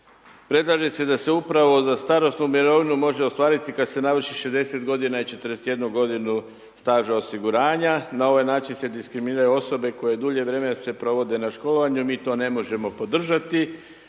predlaže se da se upravo za starosnu mirovinu može ostvariti kada se navrši 60 g. i 41 g. staža osiguranja. Na ovaj način se diskriminiraju osobe koje dulje vremena se provode na školovanju, mi to ne možemo podržati,